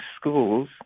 schools